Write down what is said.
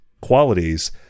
qualities